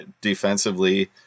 defensively